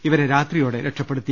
ഇവരെ രാത്രിയോടെ രക്ഷപ്പെടുത്തി